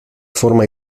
forma